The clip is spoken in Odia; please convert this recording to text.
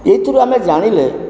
ଏଇଥୁରୁ ଆମେ ଜାଣିଲେ